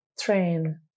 train